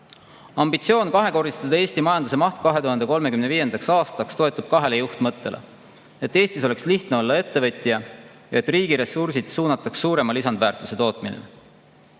Ambitsioon kahekordistada Eesti majanduse maht 2035. aastaks toetub kahele juhtmõttele: et Eestis oleks lihtne olla ettevõtja ja et riigi ressursid suunataks suurema lisandväärtuse tootmisse.